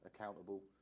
accountable